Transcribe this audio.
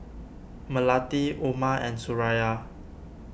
Melati Umar and Suraya